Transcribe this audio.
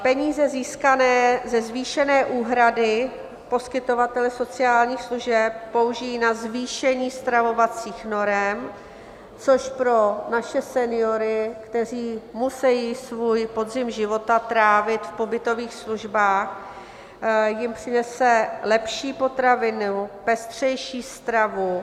Peníze získané ze zvýšené úhrady poskytovatele sociálních služeb použijí na zvýšení stravovacích norem, což pro naše seniory, kteří musejí svůj podzim života trávit v pobytových službách, jim přinese lepší potraviny, pestřejší stravu.